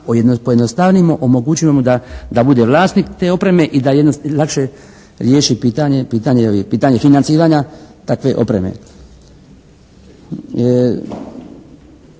pojednostavimo, omogućimo mu da bude vlasnik te opreme i da lakše riješi pitanje financiranja takve opreme.